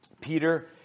Peter